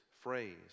phrase